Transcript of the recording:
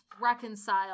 Reconcile